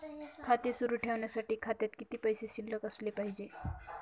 खाते सुरु ठेवण्यासाठी खात्यात किती पैसे शिल्लक असले पाहिजे?